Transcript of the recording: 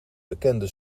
bekende